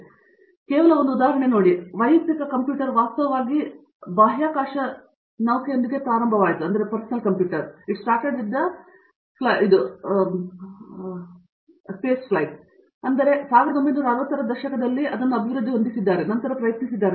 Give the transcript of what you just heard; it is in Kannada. ಆದ್ದರಿಂದ ಕೇವಲ ಒಂದು ಉದಾಹರಣೆಯಾಗಿ ನೋಡಿ ವೈಯಕ್ತಿಕ ಕಂಪ್ಯೂಟರ್ ವಾಸ್ತವವಾಗಿ ಬಾಹ್ಯಾಕಾಶ ನೌಕೆಯೊಂದಿಗೆ ಪ್ರಾರಂಭವಾಯಿತು ಆದ್ದರಿಂದ 1960 ರ ದಶಕದಲ್ಲಿ ಅವರು ಅಭಿವೃದ್ಧಿ ಹೊಂದುತ್ತಿದ್ದಾರೆ ಮತ್ತು ನಂತರ ಪ್ರಯತ್ನಿಸುತ್ತಿದ್ದಾರೆ